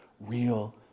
real